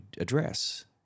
address